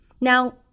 Now